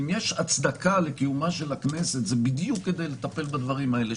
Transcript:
אם יש הצדקה לקיומה של הכנסת זה בדיוק כדי לטפל בדברים האלה,